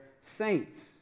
saints